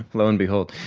lo and behold!